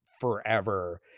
forever